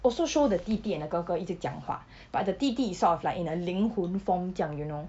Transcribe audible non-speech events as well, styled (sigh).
also show the 弟弟 and the 哥哥一直讲话 (breath) but the 弟弟 is sort of like in a 灵魂 form 这样 you know